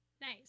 Nice